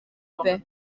paix